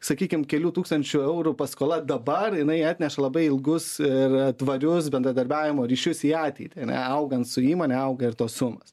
sakykim kelių tūkstančių eurų paskola dabar jinai atneša labai ilgus ir tvarius bendradarbiavimo ryšius į ateitį ane augant su įmone auga ir tos sumos